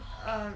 um